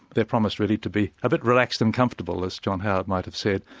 their promise really to be a bit relaxed and comfortable, as john howard might have said.